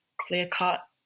clear-cut